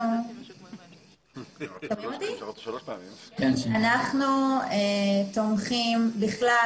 אנחנו תומכים בכלל,